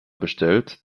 bestellt